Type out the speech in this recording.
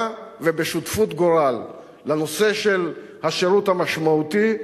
ובשותפות גורל לנושא של השירות המשמעותי,